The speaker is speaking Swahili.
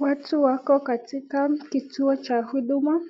Watu wako katika kituo cha Huduma.